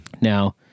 Now